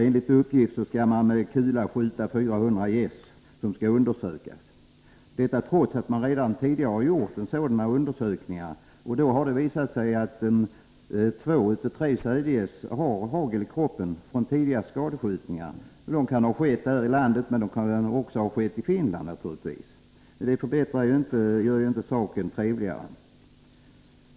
Enligt uppgift skall man med kula skjuta 400 gäss som skall undersökas — detta trots att man redan tidigare gjort sådana undersökningar och det därvid har visat sig att två av tre sädgäss har hagel i kroppen från tidigare skadskjutningar. De kan ha skett här i landet, men de kan naturligtvis också ha skett i Finland — det gör det ju inte trevligare.